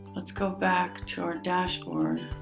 let's go back to our dashboard.